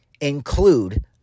include